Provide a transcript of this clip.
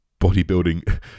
bodybuilding